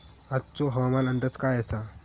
आजचो हवामान अंदाज काय आसा?